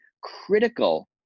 critical